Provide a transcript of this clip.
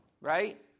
right